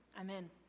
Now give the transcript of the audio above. Amen